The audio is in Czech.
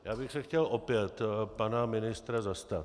Já bych se chtěl opět pana ministra zastat.